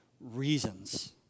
reasons